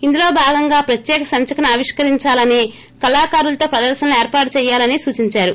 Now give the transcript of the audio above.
ఇందులో భాగంగా ప్రత్యేక సంచికను ఆవిష్కరించాలని కళాకారులతో ప్రదర్నలు ఏర్పాటు చేయాలని సూచిందారు